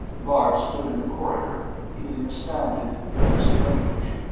bart stood in the corridor, feeling astounded and strange.